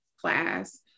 class